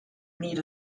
need